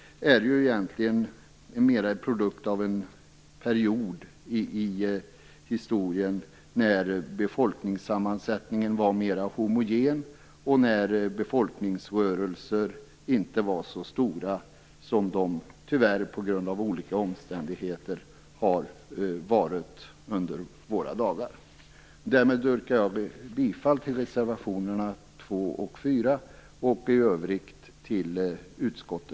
Detta är egentligen en produkt av en period i historien när befolkningssammansättningen var mer homogen, och när befolkningsrörelserna inte var så stora som de tyvärr, på grund av olika omständigheter, är har varit under våra dagar. Därmed yrkar jag bifall till reservationerna 2 och